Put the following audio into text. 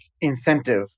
incentive